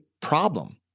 problem